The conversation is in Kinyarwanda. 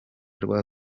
rwa